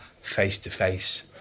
face-to-face